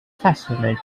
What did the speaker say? fascinating